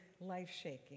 life-shaking